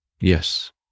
Yes